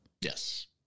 Yes